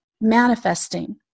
manifesting